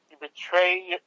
Betray